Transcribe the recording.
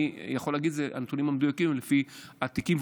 אני יכול להגיד שהנתונים המדויקים לפי התיקים,